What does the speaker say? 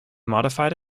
modified